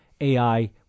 AI